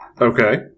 Okay